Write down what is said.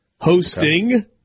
hosting